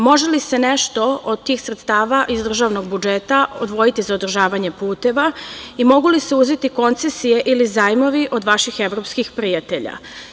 Može li se nešto od tih sredstava iz državnog budžeta odvojiti za održavanje puteva i mogu li se uzeti koncesije ili zajmovi od vaših evropskih prijatelja?